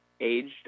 aged